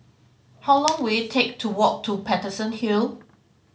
how long will it take to walk to Paterson Hill